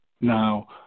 Now